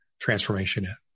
transformation